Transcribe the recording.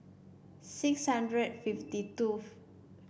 six hundred fifty